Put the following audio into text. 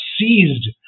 seized